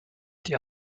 die